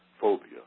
phobia